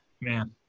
man